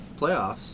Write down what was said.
playoffs